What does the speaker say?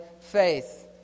faith